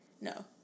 No